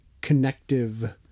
connective